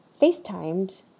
FaceTimed